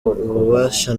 ububasha